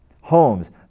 homes